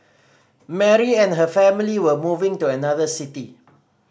Mary and her family were moving to another city